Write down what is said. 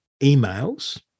emails